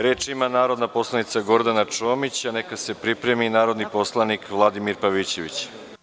Reč ima narodna poslanica Gordana Čomić, a neka se pripremi narodni poslanik Vladimir Pavićević.